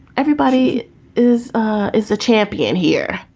everybody is is the champion here.